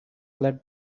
led